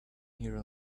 here